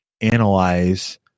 analyze